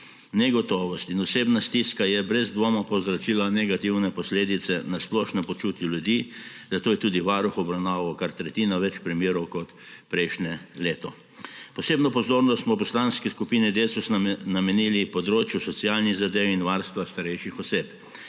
Negotovost in osebna stiska sta brez dvoma povzročili negativne posledice na splošno počutje ljudi, zato je tudi Varuh obravnaval kar tretjino več primerov kot prejšnje leto. Posebno pozornost smo v Poslanski skupini Desus namenili področju socialnih zadev in varstva starejših oseb.